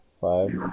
Five